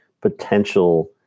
potential